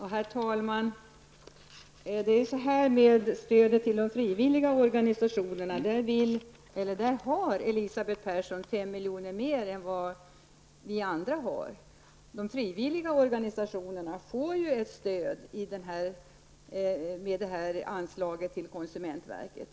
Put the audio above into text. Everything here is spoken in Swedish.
Herr talman! Beträffande stödet till de frivilliga organisationerna innebär Elisabeth Perssons resonemang 5 miljoner mera än vad vi andra talar om. Men de frivilliga organisationerna får ju stöd i och med anslaget till konsumentverket.